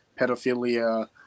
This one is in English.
pedophilia